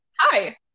hi